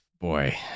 Boy